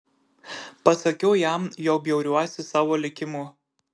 pasakiau jam jog bjauriuosi savo likimu